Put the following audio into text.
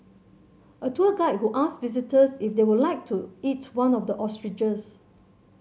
a tour guide who asked visitors if they would like to eat one of the ostriches